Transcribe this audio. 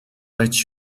let